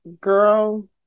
Girl